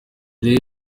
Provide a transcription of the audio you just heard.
rero